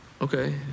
Okay